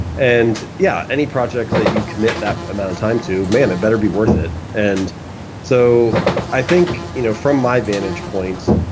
and yeah any project that you commit that amount of time to, man, it better be worth it. and so i think you know from my vantage points,